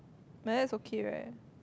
but that is okay right